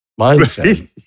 mindset